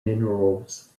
minerals